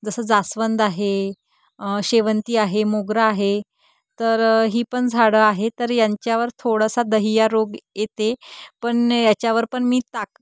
जसं जास्वंद आहे शेवंती आहे मोगरा आहे तर ही पण झाडं आहे तर यांच्यावर थोडासा दहिया रोग येते पण याच्यावर पण मी ताक